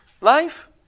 Life